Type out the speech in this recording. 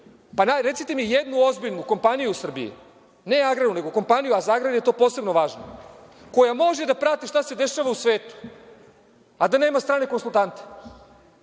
mi jednu ozbiljnu kompaniju u Srbiji, ne agrarnu, nego kompaniju, a za agrar je to posebno važno, koja može da prati šta se dešava u svetu, a da nema strane konsultante.